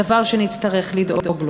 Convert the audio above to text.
זה דבר שנצטרך לדאוג לו.